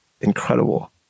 incredible